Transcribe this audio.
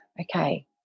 okay